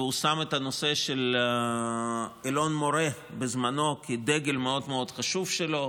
והוא שם את הנושא של אלון מורה בזמנו כדגל מאוד מאוד חשוב שלו